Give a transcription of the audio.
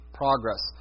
progress